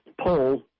poll